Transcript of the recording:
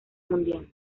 mundial